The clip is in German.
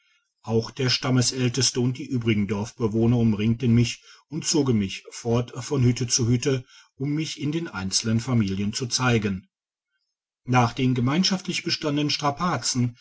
auch der stammälteste und die übrigen dorfbewohner umringten mich und zogen mich fort von hütte zu hütte um mich in den einzelnen familien zu zeigen nach den gemeinschaftlich bestandenen strapazzen